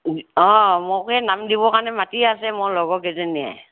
অ মোকে নাম দিব কাৰণে মাতি আছে মোৰ লগৰ কেইজনীয়ে